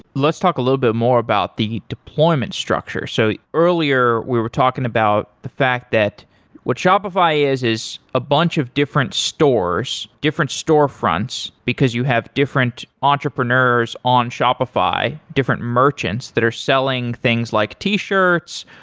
let's talk a little bit more about the deployment structure. so earlier we were talking about the fact that what shopify is is a bunch of different stores, different storefronts, because you have different entrepreneurs on shopify, different merchants that are selling things like t-shirts,